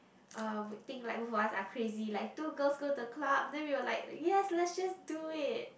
uh would think like both of us are crazy like two girls go to a club then we will like yes let's just do it